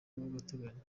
w’agateganyo